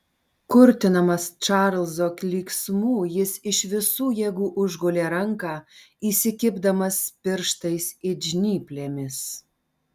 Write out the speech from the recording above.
kurtinamas čarlzo klyksmų jis iš visų jėgų užgulė ranką įsikibdamas pirštais it žnyplėmis